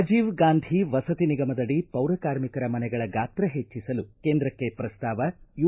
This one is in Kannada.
ರಾಜೀವ ಗಾಂಧಿ ವಸತಿ ನಿಗಮದಡಿ ಪೌರ ಕಾರ್ಮಿಕರ ಮನೆಗಳ ಗಾತ್ರ ಹೆಚ್ಚಿಸಲು ಕೇಂದ್ರಕ್ಕೆ ಪ್ರಸ್ತಾವ ಯೂ